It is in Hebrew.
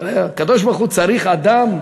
הקדוש-ברוך-הוא צריך אדם?